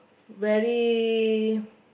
very